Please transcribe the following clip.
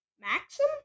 Maxim